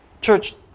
Church